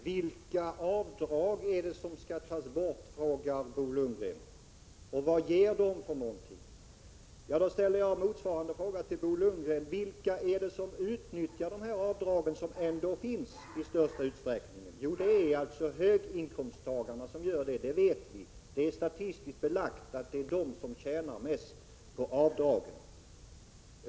Fru talman! Vilka avdrag är det som skall tas bort, frågar Bo Lundgren, och vad ger det? Då ställer jag motsvarande fråga till Bo Lundgren. Vilka är det som i största utsträckning utnyttjar de avdrag som ändå finns? Jo, det är höginkomsttagare som gör det. Det vet vi, för det är statistiskt belagt att det är de som tjänar mest på avdragen.